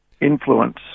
influence